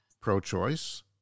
pro-choice